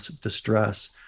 distress